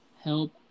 help